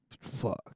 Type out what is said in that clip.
fuck